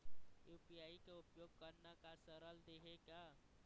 UPI के उपयोग करना का सरल देहें का?